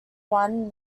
won